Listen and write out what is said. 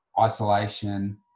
isolation